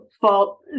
fault